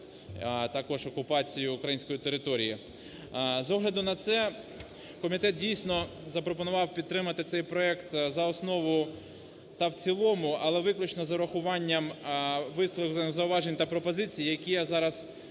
також окупацією української території. З огляду на це, комітет дійсно запропонував підтримати цей проект за основу та в цілому, але виключно з урахуванням висловлених зауважень та пропозицій, які я зараз